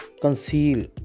Conceal